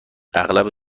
اغلب